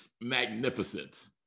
magnificent